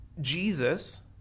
Jesus